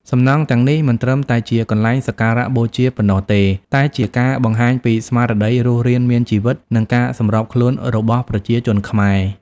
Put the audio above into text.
សំណង់ទាំងនេះមិនត្រឹមតែជាកន្លែងសក្ការបូជាប៉ុណ្ណោះទេ តែជាការបង្ហាញពីស្មារតីរស់រានមានជីវិត និងការសម្របខ្លួនរបស់ប្រជាជនខ្មែរ។